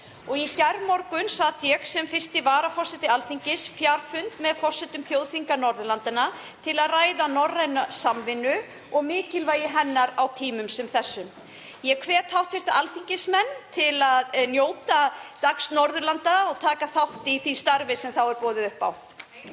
og í gærmorgun sat ég sem 1. varaforseti Alþingis fjarfund með forsetum þjóðþinga Norðurlanda til að ræða norræna samvinnu á tímum sem þessum. Ég hvet hv. alþingismenn til að njóta dags Norðurlanda og taka þátt í því starfi sem þar er boðið upp á.